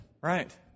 right